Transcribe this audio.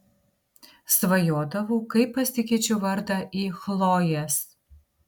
svajodavau kaip pasikeičiu vardą į chlojės